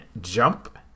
jump